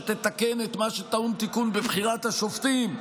שתתקן את מה שטעון תיקון בבחירת השופטים,